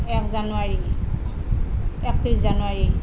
এক জানুৱাৰী একত্ৰিছ জানুৱাৰী